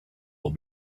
will